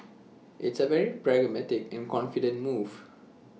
it's A very pragmatic and confident move